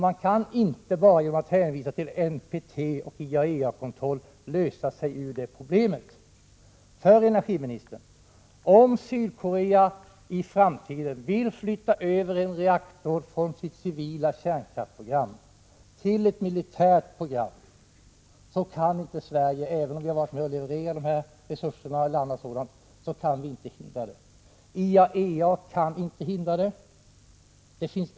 Man kan inte bara genom att hänvisa till NPT och IAEA-kontroll befria sig från detta problem. Om Sydkorea, energiministern, i framtiden vill flytta över en reaktor från sitt civila kärnkraftsprogram till ett militärt program kan nämligen inte Sverige hindra detta, även om Sverige har varit med och levererat. IAEA kan inte heller hindra det.